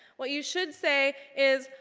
what you should say is,